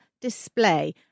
display